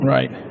Right